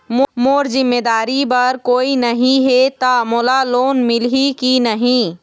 मोर जिम्मेदारी बर कोई नहीं हे त मोला लोन मिलही की नहीं?